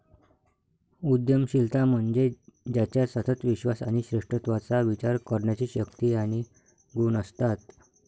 उद्यमशीलता म्हणजे ज्याच्यात सतत विश्वास आणि श्रेष्ठत्वाचा विचार करण्याची शक्ती आणि गुण असतात